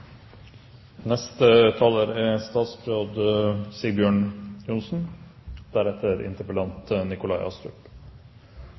Neste taler er